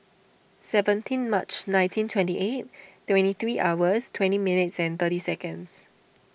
seventeen March nineteen twenty eight twenty three hours twenty minutes and thirty seconds